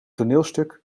toneelstuk